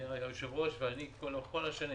היושב-ראש ואני כל השנים